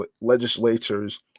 legislators